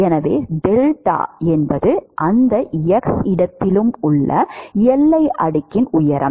எனவே டெல்டா என்பது எந்த x இடத்திலும் உள்ள எல்லை அடுக்கின் உயரம்